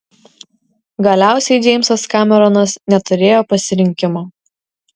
galiausiai džeimsas kameronas neturėjo pasirinkimo